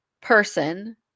person